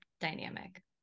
dynamic